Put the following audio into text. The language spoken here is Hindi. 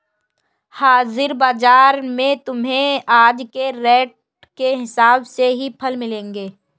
हाजिर बाजार में तुम्हें आज के रेट के हिसाब से ही फल मिलेंगे